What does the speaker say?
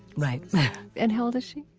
right and how old is she?